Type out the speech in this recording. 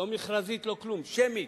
לא מכרזית, לא כלום, שמית,